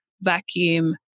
vacuum